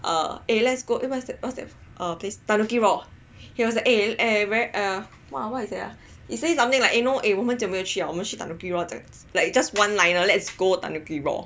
err eh let's go eh what is that place Tanuki raw he was like eh where err what is there ah he something like eh know 很久没有去了我们去 Tanuki raw 这样了 just like one liner let's go Tanuki raw